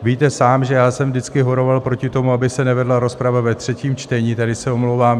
Víte sám, že já jsem vždycky horoval proti tomu, aby se nevedla rozprava ve třetím čtení, tedy se omlouvám.